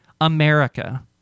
America